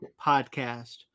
podcast